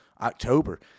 october